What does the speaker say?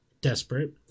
desperate